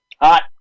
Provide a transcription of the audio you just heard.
Hot